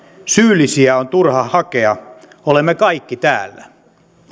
syyllisiä on turha hakea olemme kaikki täällä